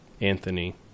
Anthony